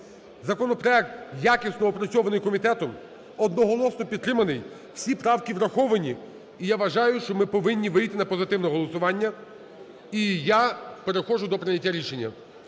Законопроект якісно опрацьований комітетом, одноголосно підтриманий, всі правки враховані і, я вважаю, що ми повинні вийти на позитивне голосування. І я переходжу до прийняття рішення.